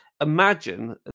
imagine